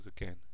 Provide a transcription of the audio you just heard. again